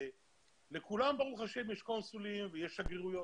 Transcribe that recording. לא ניכנס לזה כרגע.